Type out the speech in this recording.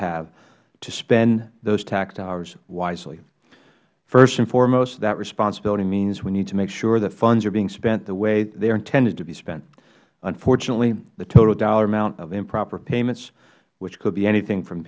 have to spend those tax dollars wisely first and foremost that responsibility means we need to make sure that funds are being spent the way they are intended to be spent unfortunately the total dollar amount of improper payments which could be anything from